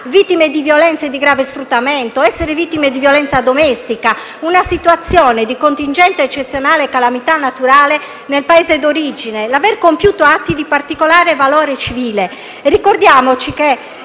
vittime di violenza o di grave sfruttamento; essere vittime di violenza domestica; una situazione di contingente ed eccezionale calamità naturale nel Paese di origine; aver compiuto atti di particolare valore civile. Ricordiamo un